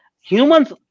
humans